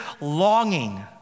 longing